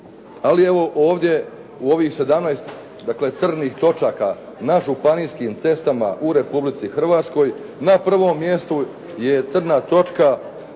Ali evo ovdje u ovih 17, dakle, crnih točaka, na županijskim cestama u Republici Hrvatskoj na prvom mjestu je crna točka